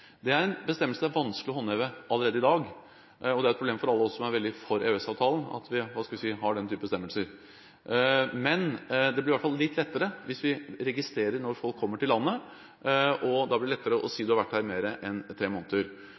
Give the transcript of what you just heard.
Det er en bestemmelse som det er vanskelig å håndheve allerede i dag, og det er et problem for alle oss som er veldig for EØS-avtalen, at vi – skal jeg si – har den type bestemmelser. Men det blir i hvert fall litt lettere hvis vi registrerer når folk kommer til landet – da blir det lettere å si at du har vært her lenger enn tre måneder.